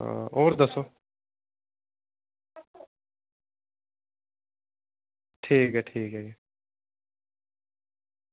आं होर दस्सो ठीक ऐ ठीक ऐ जी